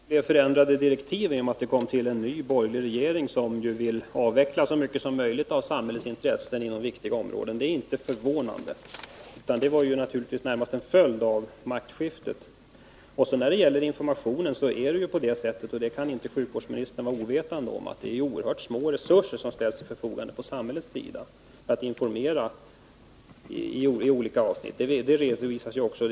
I det villkorliga avtal om kommunalisering av Karolinska sjukhuset, som statens förhandlingsnämnd den 27 november 1980 träffat med Stockholms läns landsting, stadgas i 8 § att landstingets åtaganden beträffande personalen vid KS efter den 1 januari 1982 för arbetstagare som anställts efter den 27 november 1980 endast gäller om anställningen skett efter samråd med landstingets hälsooch sjukvårdsnämnd. Anstalter för ett sådant förfarande lär redan ha träffats. Avtalet gäller emellertid icke med mindre det godkännes av riksdagen.